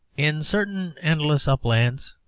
in certain endless uplands,